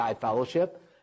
fellowship